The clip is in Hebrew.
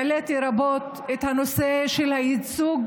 העליתי רבות את הנושא של הייצוג